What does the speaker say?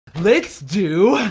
let's do.